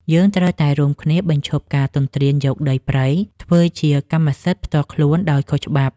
យើងត្រូវតែរួមគ្នាបញ្ឈប់ការទន្ទ្រានយកដីព្រៃធ្វើជាកម្មសិទ្ធិផ្ទាល់ខ្លួនដោយខុសច្បាប់។